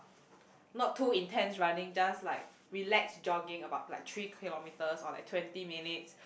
not too intense running just like relax jogging about like three kilometres or like twenty minutes